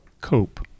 cope